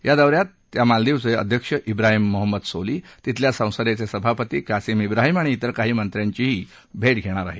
या दौ यात त्या मालदीवचे अध्यक्ष इब्राहिम मोहम्मद सोली तिथल्या संसदेचे सभापती कसिम इब्राहिम आणि इतर काही मंत्र्यांची भेट घेणार आहेत